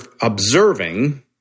observing